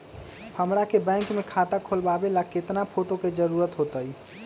हमरा के बैंक में खाता खोलबाबे ला केतना फोटो के जरूरत होतई?